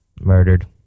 Murdered